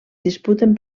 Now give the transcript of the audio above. disputen